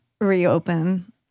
reopen